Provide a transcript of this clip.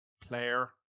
player